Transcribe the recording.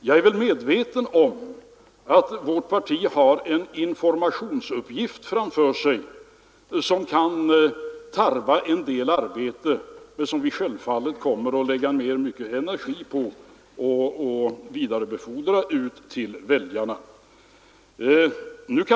Jag är medveten om att vårt parti framför sig har en informationsuppgift som kan tarva en del arbete men som vi självfallet kommer att lägga ned mycken energi på. Herr Werner talade här om arbetarna.